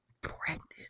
pregnant